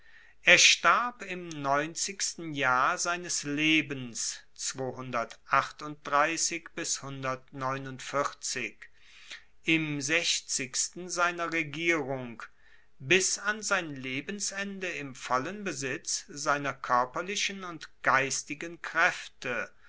er starb im neunzigsten jahr seines lebens im sechzigsten seiner regierung bis an sein lebensende im vollen besitz seiner koerperlichen und geistigen kraefte